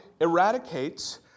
eradicates